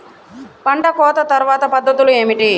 పంట కోత తర్వాత పద్ధతులు ఏమిటి?